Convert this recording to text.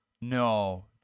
No